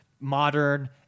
modern